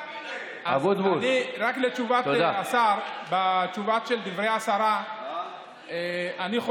ואני רואה עכשיו שכל העיתונאים קופצים עליו.